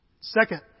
Second